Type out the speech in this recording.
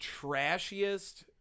trashiest